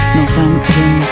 Northampton